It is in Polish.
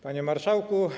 Panie Marszałku!